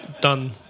done